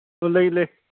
ꯂꯩ ꯂꯩ